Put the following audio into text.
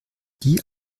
die